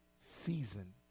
season